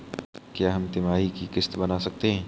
क्या हम तिमाही की किस्त बना सकते हैं?